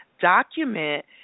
document